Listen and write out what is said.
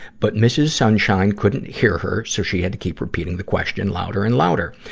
but mrs. sunshine couldn't hear her, so she had to keep repeating the question louder and louder.